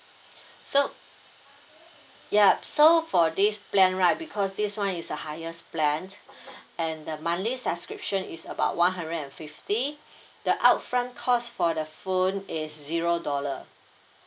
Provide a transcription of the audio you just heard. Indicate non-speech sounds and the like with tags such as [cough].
so yup so for this plan right because this one is a highest plan [breath] and the monthly subscription is about one hundred and fifty [breath] the upfront cost for the phone is zero dollar